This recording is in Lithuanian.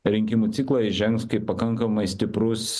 rinkimų ciklą įžengs kaip pakankamai stiprus